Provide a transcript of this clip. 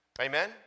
Amen